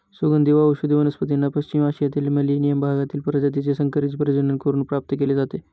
सुगंधी व औषधी वनस्पतींना पश्चिम आशियातील मेलेनियम विभागातील प्रजातीचे संकरित प्रजनन करून प्राप्त केले जाते